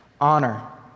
honor